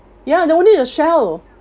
ya that only the shell